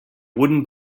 wooden